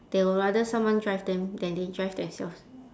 they will rather someone drive them than they drive themselves